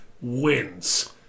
Wins